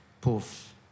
poof